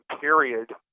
period